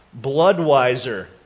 Bloodwiser